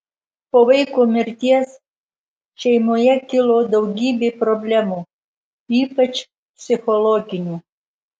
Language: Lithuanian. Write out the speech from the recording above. po vaiko mirties šeimoje kilo daugybė problemų ypač psichologinių